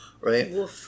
right